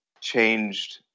changed